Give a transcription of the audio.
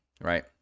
right